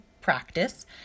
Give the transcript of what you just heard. practice